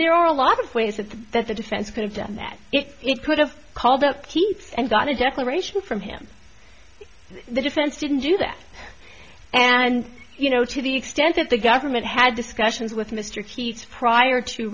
there are a lot of ways that the that the defense could have done that it could have called up keith's and got a declaration from him the defense didn't do that and you know to the extent that the government had discussions with mr keats prior to